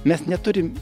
mes neturim